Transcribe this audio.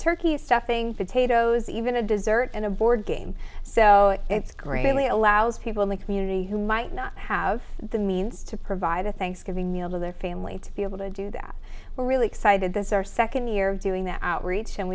turkey stuffing potatoes even a dessert and a board game so it's great only allows people in the community who might not have the means to provide a thanksgiving meal to their family to be able to do that we're really excited this is our second year doing that outreach and